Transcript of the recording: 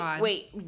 wait